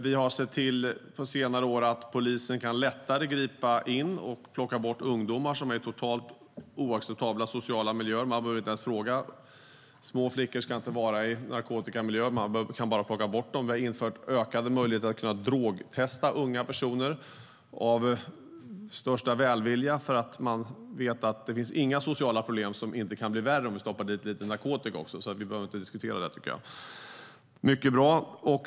Vi har på senare år sett till att polisen lättare kan gripa in och ta hand om ungdomar som befinner sig i totalt oacceptabla miljöer. Små flickor ska inte vara i narkotikamiljö. Man kan bara ta dem därifrån. Vi har av största välvilja infört ökade möjligheter att drogtesta unga personer. Det finns inga sociala problem som inte kan bli värre om man kombinerar dem med narkotika.